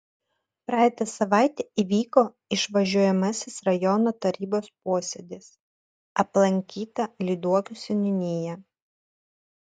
praeitą savaitę įvyko išvažiuojamasis rajono tarybos posėdis aplankyta lyduokių seniūnija